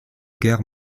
guerres